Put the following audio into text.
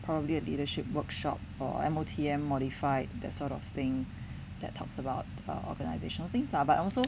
probably a leadership workshop or M_O_T_M modified that sort of thing that talks about err organisational things lah but also